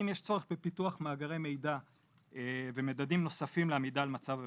האם יש צורך בפיתוח מאגרי מידע ומדדים נוספים לעמידה על מצב הבטיחות.